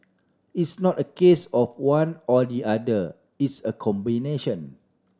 it's not a case of one or the other it's a combination